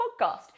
podcast